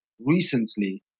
recently